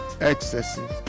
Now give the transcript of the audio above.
excessive